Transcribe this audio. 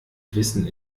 wissen